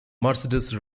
mercedes